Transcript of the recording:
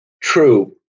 true